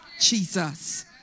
jesus